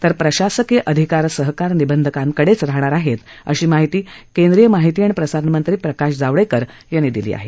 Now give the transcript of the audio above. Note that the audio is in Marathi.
तर प्रशासकीय अधिकार सहकार निबंधकांकडेच राहणार आहेत अशी माहिती केंद्रीय माहिती आणि प्रसारण मंत्री प्रकाश जावडेकर यांनी दिली आहे